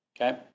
Okay